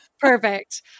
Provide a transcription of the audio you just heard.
Perfect